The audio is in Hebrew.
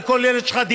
לכל ילד שלך.